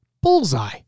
Bullseye